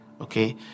okay